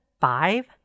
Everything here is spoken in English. five